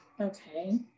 Okay